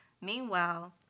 Meanwhile